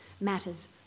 matters